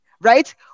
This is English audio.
right